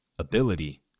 Ability